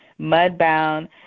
Mudbound